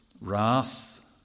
wrath